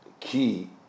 Key